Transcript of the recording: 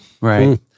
Right